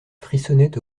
frissonnait